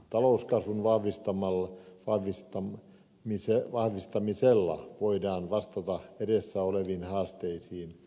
talouskasvun vahvistamisella voidaan vastata edessä oleviin haasteisiin